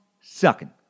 sucking